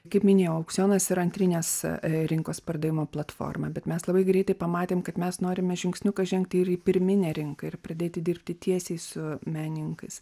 kaip minėjau aukcionas yra antrinės rinkos pardavimo platforma bet mes labai greitai pamatėm kad mes norime žingsniuką žengti ir į pirminę rinką ir pradėti dirbti tiesiai su menininkais